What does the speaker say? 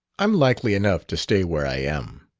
i'm likely enough to stay where i am.